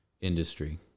industry